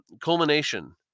culmination